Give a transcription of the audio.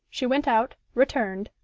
she went out, returned,